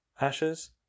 ashes